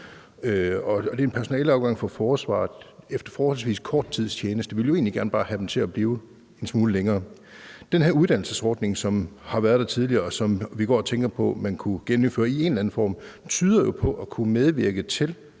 det er en personaleafgang efter forholdsvis kort tids tjeneste. Vi vil jo egentlig bare gerne have dem til at blive en smule længere. Den her uddannelsesordning, som man har haft tidligere, og som vi går og tænker på at man kunne genindføre i en eller anden form, tyder jo på at kunne medvirke til,